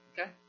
okay